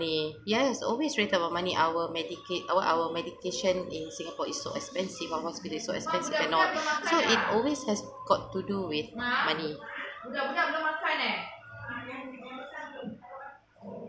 money yes always straight about money our medica~ our our medication in singapore is so expensive our hospital so expensive and not so it always has got to do with money